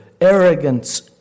arrogance